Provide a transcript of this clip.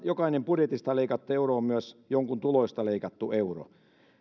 jokainen budjetista leikattu euro on myös jonkun tuloista leikattu euro